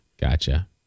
Gotcha